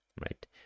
right